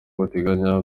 bateganya